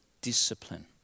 discipline